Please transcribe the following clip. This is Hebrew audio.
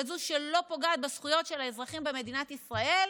כזאת שלא פוגעת בזכויות של האזרחים במדינת ישראל,